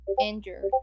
injured